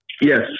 Yes